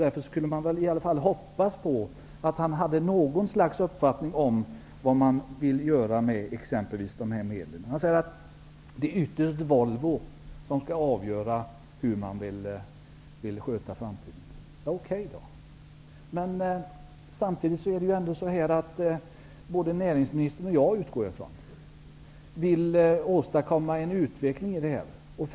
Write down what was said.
Man kunde därför åtminstone hoppas att Per Westerberg skulle ha något slags uppfattning om vad man vill göra med exempelvis de nu aktuella medlen. Per Westerberg säger att det ytterst är Volvo som skall avgöra hur företaget skall klara framtiden. Okej, men jag utgår ändå från att både näringsministern och jag vill åstadkomma en utveckling i detta sammanhang.